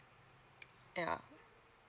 yeah